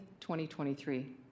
2023